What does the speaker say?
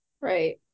right